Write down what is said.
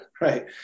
Right